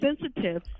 sensitive